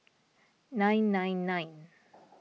nine nine nine